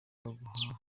baguha